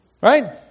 right